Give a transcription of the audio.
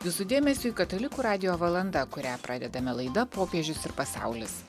jūsų dėmesiui katalikų radijo valanda kurią pradedame laida popiežius ir pasaulis